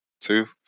Two